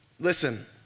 Listen